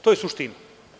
To je suština.